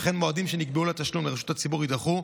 וכן מועדים שנקבעו לתשלום לרשות ציבורית יידחו,